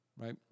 Right